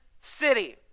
City